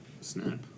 Snap